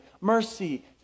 Mercy